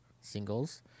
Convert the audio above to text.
Singles